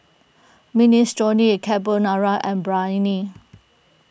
Minestrone Carbonara and Biryani